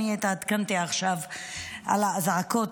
התעדכנתי עכשיו על האזעקות,